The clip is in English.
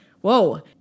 whoa